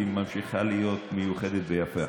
והיא ממשיכה להיות מיוחדת ביותר.